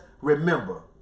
remember